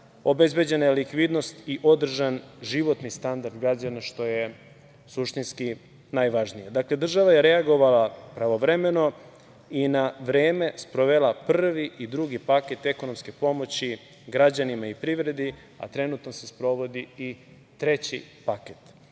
obezbeđena je likvidnost i održan životni standard građana, što je suštinski najvažnije. Dakle, država je reagovala pravovremeno i na vreme sprovela prvi i drugi paket ekonomske pomoći građanima i privredi, a trenutno se sprovodi i treći paket. Dakle,